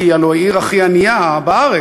כי הלוא היא העיר הכי ענייה בארץ,